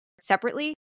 separately